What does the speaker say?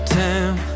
time